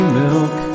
milk